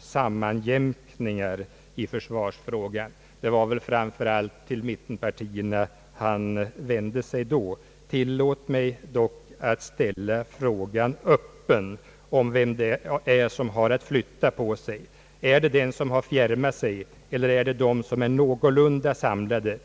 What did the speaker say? sammanjämkning i försvarsfrågan. Han vände sig väl därvid framför allt till mittenpartierna. Tillåt mig dock att ställa frågan vilka det är som har att flytta på sig: de som har fjärmat sig från de övriga eller de som står någorlunda samlade?